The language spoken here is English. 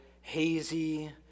hazy